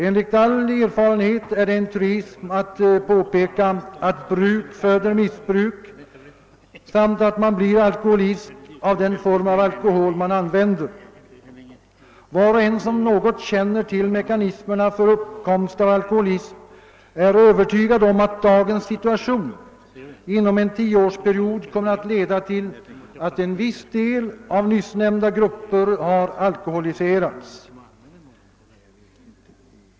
Enligt all erfarenhet är det en truism att påpeka att bruk föder missbruk samt att man kan bli alkoholist, vilken form av alkohol man än använder. Var och en som något känner till mekanismen för uppkomst av alkoholism är övertygad om att dagens situation inom en 10 årsperiod kommer att leda till att en viss del av nyssnämnda grupper har alkoholiserats.